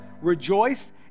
rejoice